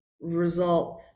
result